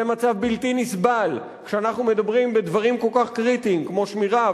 זה מצב בלתי נסבל כשאנחנו מדברים בדברים כל כך קריטיים כמו שמירה,